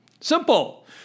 Simple